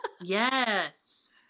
Yes